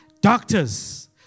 doctors